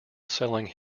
selling